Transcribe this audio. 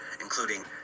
including